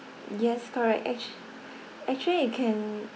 yes correct act~ actually you can